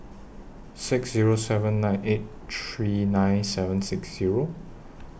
six Zero seven nine eight three nine seven six Zero